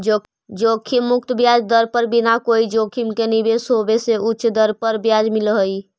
जोखिम मुक्त ब्याज दर पर बिना कोई जोखिम के निवेश होवे से उच्च दर पर ब्याज मिलऽ हई